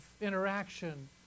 interaction